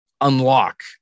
unlock